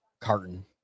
carton